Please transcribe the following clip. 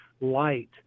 light